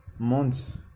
months